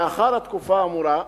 לאחר התקופה האמורה,